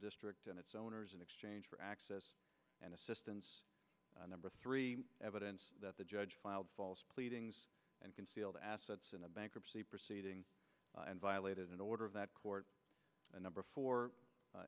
district and its owners in exchange for access and assistance number three evidence that the judge filed false pleadings and concealed assets in a bankruptcy proceeding and violated an order of that court number for